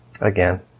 again